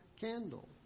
candle